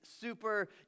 super